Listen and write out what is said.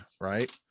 right